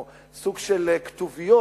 או סוג של כתוביות,